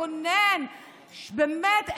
מקונן באמת,